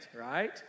right